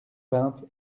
vingt